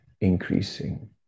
increasing